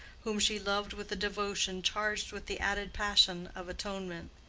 whom she loved with a devotion charged with the added passion of atonement.